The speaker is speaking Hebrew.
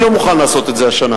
אני לא מוכן לעשות את זה השנה.